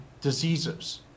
diseases